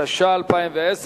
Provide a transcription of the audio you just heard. התש"ע 2010,